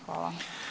Hvala.